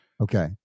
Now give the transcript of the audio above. Okay